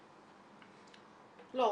לא,